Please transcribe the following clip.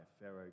Pharaoh